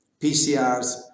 PCRs